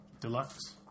Deluxe